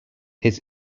his